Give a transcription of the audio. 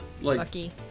Lucky